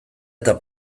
eta